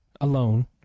alone